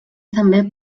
també